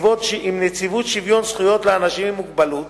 נציבות שוויון זכויות לאנשים עם מוגבלות